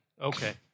Okay